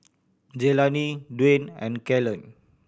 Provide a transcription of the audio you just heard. Jelani Dwayne and Kalen